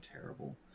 terrible